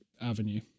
avenue